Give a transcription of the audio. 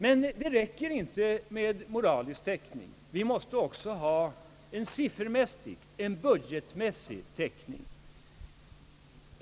Men det räcker inte med moralisk täckning. Vi måste också ha en siffermässig och budgetmässig täckning.